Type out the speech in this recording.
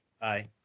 Bye